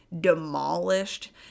demolished